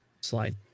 slide